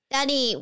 Daddy